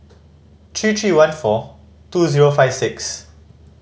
three three one four two zero five six